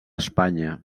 espanya